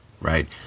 right